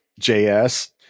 JS